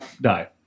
die